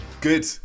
good